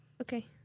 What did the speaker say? Okay